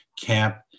camp